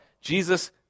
Jesus